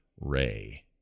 Ray